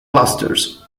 clusters